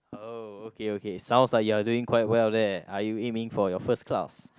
uh okay okay sounds like you are doing quite well there are you aiming for your first class